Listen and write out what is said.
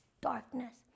darkness